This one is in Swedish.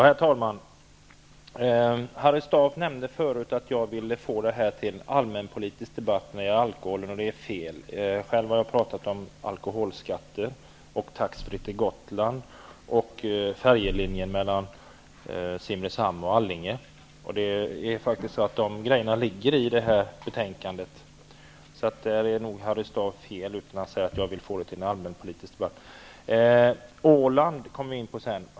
Herr talman! Harry Staaf nämnde förut att jag ville få det här med alkoholen till en allmänpolitisk debatt, och det är fel. Själv har jag talat om alkoholskatter och ''tax free'' vid resor till Gotland och på färjelinjen mellan Simrishamn och Allinge. De sakerna berörs faktiskt i det här betänkandet, så Harry Staaf har alltså fel när han säger att jag vill få detta till en allmänpolitisk debatt. Sedan kom vi in på frågan om Åland.